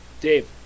Dave